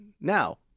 now